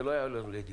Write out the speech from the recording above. זה לא היה עולה לדיון.